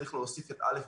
צריך להוסיף את א',